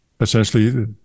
Essentially